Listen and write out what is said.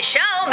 Show